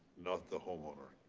not the homeowner.